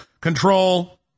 control